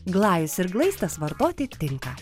glajus ir glaistas vartoti tinka